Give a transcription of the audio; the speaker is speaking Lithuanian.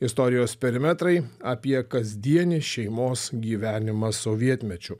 istorijos perimetrai apie kasdienį šeimos gyvenimą sovietmečiu